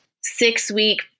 six-week